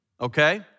okay